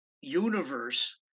universe